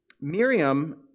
Miriam